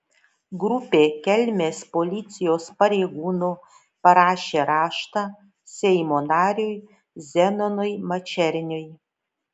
grupė kelmės policijos pareigūnų parašė raštą seimo nariui zenonui mačerniui